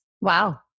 Wow